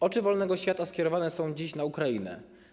Oczy wolnego świata skierowane są dziś na Ukrainę.